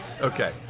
Okay